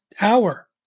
hour